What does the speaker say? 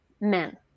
men